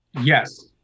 Yes